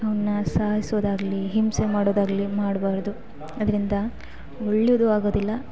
ಅವನ್ನ ಸಾಯಿಸೋದಾಗ್ಲಿ ಹಿಂಸೆ ಮಾಡೋದಾಗಲಿ ಮಾಡಬಾರ್ದು ಅದರಿಂದ ಒಳ್ಳೆಯದು ಆಗೋದಿಲ್ಲ